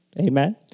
Amen